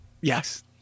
Yes